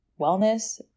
wellness